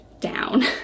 down